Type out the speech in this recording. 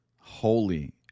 holy